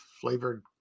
flavored